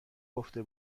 گفته